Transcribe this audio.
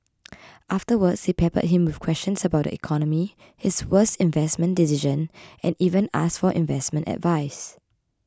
afterwards they peppered him with questions about the economy his worst investment decision and even asked for investment advice